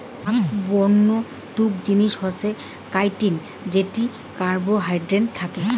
আক বন্য তুক জিনিস হসে কাইটিন যাতি কার্বোহাইড্রেট থাকি